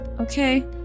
Okay